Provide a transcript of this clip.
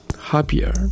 happier